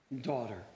Daughter